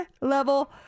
level